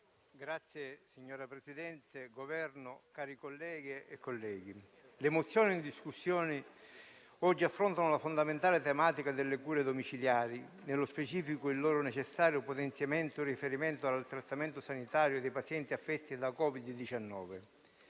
Presidente, rappresentanti del Governo, cari colleghe e colleghi, le mozioni in discussione oggi affrontano la fondamentale tematica delle cure domiciliari, nello specifico il loro necessario potenziamento in riferimento al trattamento sanitario dei pazienti affetti da Covid-19.